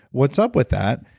what's up with that?